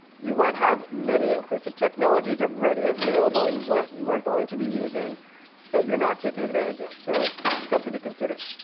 you might have many inclusive technologies already available in what you are going to be using that you're not taking advantage of. so something to consider.